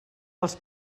els